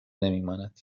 نمیماند